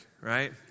right